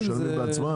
הם משלמים בעצמם?